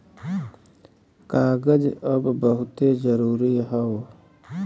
कागज अब बहुते जरुरी हौ